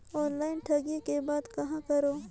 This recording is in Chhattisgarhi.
ऑनलाइन ठगी के बाद कहां करों?